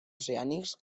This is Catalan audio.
oceànics